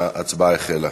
ההצבעה החלה.